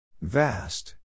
Vast